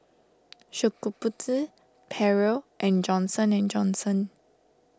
Shokubutsu Perrier and Johnson and Johnson